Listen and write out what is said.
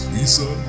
Lisa